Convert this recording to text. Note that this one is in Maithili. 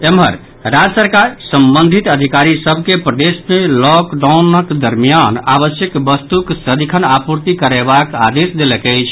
एम्हर राज्य सरकार संबंधित अधिकारी सभ के प्रदेश मे लॉकडाउनक दरमियान आवश्यक वस्तुक सदिखन आपूर्ति करयबाक आदेश देलक अछि